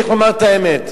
צריך לומר את האמת.